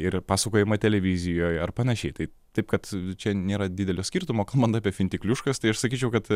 ir pasakojama televizijoj ar panašiai tai taip kad čia nėra didelio skirtumo kalbant apie fintikliuškas tai aš sakyčiau kad